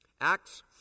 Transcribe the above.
Acts